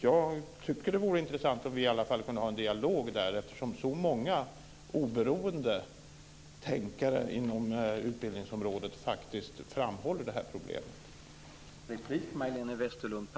Jag tycker att det vore intressant om vi i alla fall kunde ha en dialog om detta, eftersom så många oberoende tänkare inom utbildningsområdet faktiskt håller fram det här problemet.